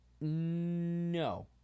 No